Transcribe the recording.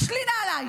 אז שלי נעלייך.